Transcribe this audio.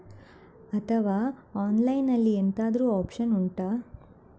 ಅಥವಾ ಆನ್ಲೈನ್ ಅಲ್ಲಿ ಎಂತಾದ್ರೂ ಒಪ್ಶನ್ ಉಂಟಾ